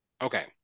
Okay